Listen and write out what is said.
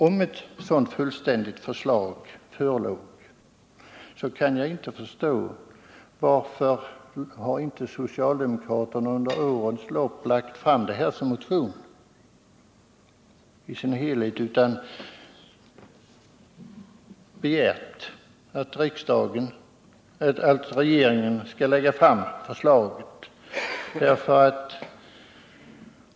Om ett fullständigt förslag förelåg, kan jag inte förstå varför inte socialdemokraterna under årens lopp har lagt fram det förslaget i form av en motion utan i stället begärt att regeringen skall lägga fram ett förslag.